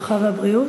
הרווחה והבריאות.